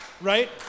right